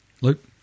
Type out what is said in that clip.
Luke